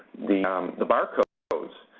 the um the barcodes,